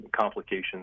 complications